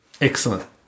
Excellent